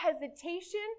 hesitation